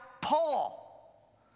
Paul